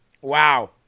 wow